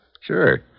Sure